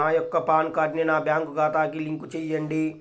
నా యొక్క పాన్ కార్డ్ని నా బ్యాంక్ ఖాతాకి లింక్ చెయ్యండి?